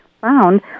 found